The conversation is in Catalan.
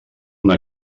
una